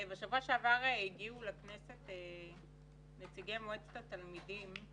בשבוע שעבר הגיעו לכנסת נציגי מועצת התלמידים,